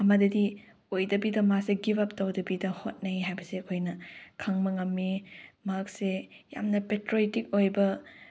ꯑꯃꯗꯗꯤ ꯑꯣꯏꯗꯕꯤꯗ ꯃꯥꯁꯦ ꯒꯤꯞ ꯑꯞ ꯇꯧꯗꯕꯤꯗ ꯍꯣꯠꯅꯩ ꯍꯥꯏꯕꯁꯦ ꯑꯩꯈꯣꯏꯅ ꯈꯪꯕ ꯉꯝꯃꯤ ꯃꯍꯥꯛꯁꯦ ꯌꯥꯝꯅ ꯄꯦꯇ꯭ꯔꯣꯏꯇꯤꯛ ꯑꯣꯏꯕ